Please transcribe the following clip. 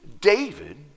David